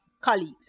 colleagues